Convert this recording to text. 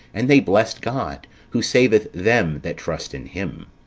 and they blessed god, who saveth them that trust in him.